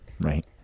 Right